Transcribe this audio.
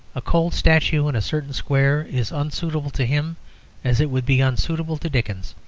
a cold statue in a certain square is unsuitable to him as it would be unsuitable to dickens.